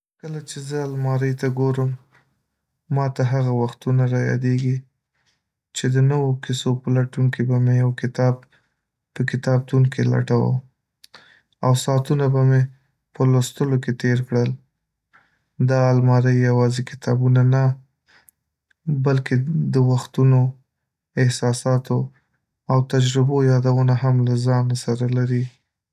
کله چې زه المارۍ ته ګورم، ماته هغه وختونه را یادېږي چې د نوو کیسو په لټون کې به مې یو کتاب په کتابتون کې لټوه، او ساعتونه به مې په لوستلو کې تېر کړل. دا الماری یوازې کتابونه نه، بلکې د وختونو، احساساتو او تجربو یادونه هم له ځانه سره لري.